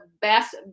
best